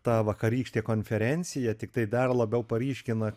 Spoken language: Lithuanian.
ta vakarykštė konferencija tiktai dar labiau paryškina